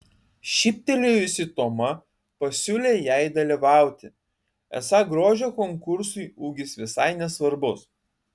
šyptelėjusi toma pasiūlė jai dalyvauti esą grožio konkursui ūgis visai nesvarbus